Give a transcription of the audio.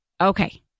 Okay